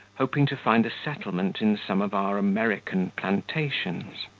hoping to find a settlement in some of our american plantations.